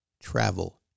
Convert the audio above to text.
travel